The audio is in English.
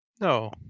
No